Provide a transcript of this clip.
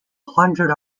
hundred